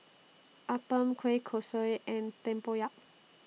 Appam Kueh Kosui and Tempoyak